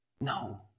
No